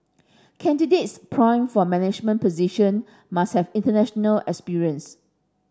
candidates primed for management position must have international experience